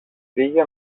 πήγε